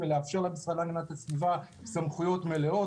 ולאפשר למשרד להגנת הסביבה סמכויות מלאות,